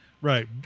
Right